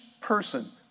person